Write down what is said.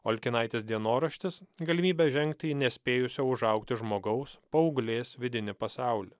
olkinaitės dienoraštis galimybę žengti į nespėjusio užaugti žmogaus paauglės vidinį pasaulį